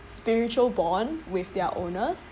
spiritual bond with their owners